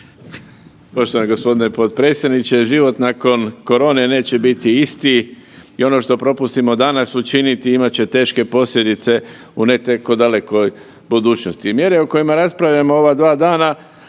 Poštovani gospodine potpredsjedniče život nakon korone neće biti isti i ono što propustimo danas učiniti imat će teške posljedice u ne tako dalekoj budućnosti. Mjere o kojima raspravljamo ova dva dana